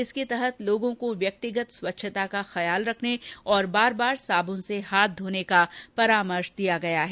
इसके तहत लोगों को व्यक्तिगत स्वच्छता का ख्याल रखने और बार बार साबुन से हाथ धोने का परामर्श दिया गया है